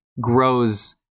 grows